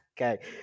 Okay